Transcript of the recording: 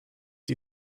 die